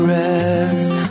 rest